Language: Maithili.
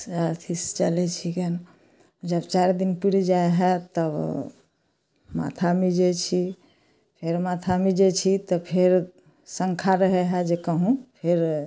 से अथी चलै छी गेन जब चारि दिन पुरि जाइ है तब माथा मिजै छी फेर माथा मिजै छी तऽ फेर शङ्का रहै हइ जे कहु फेर